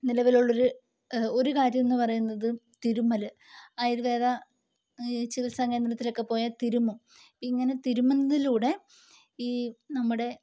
നിലവിലുള്ളൊരു ഒരു കാര്യം എന്നു പറയുന്നത് തിരുമ്മൽ ആയുർവേദ ചികിത്സ കേന്ദ്രത്തിലൊക്കെ പോയാൽ തിരുമ്മും ഇങ്ങനെ തിരുമ്മുന്നതിലൂടെ ഈ നമ്മുടെ